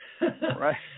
Right